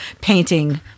painting